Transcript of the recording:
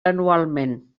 anualment